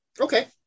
Okay